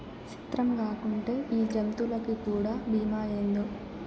సిత్రంగాకుంటే ఈ జంతులకీ కూడా బీమా ఏందో